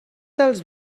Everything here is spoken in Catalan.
dels